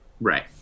Right